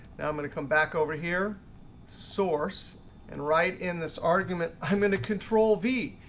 now i'm going to come back over here source and write in this argument i'm going to control v.